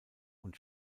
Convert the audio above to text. und